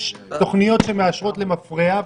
יש תוכניות שמאושרת למפרע,